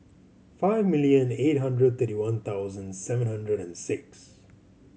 five million eight hundred thirty one thousand seven hundred and six